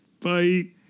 -bye